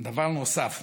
דבר נוסף,